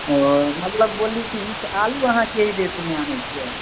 ओ मतलब बोलली कि से आलू अहाँ कै रेटमे आनै छिए